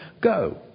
Go